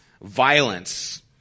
violence